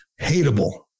hateable